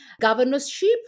governorship